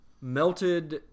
melted